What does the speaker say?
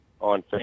on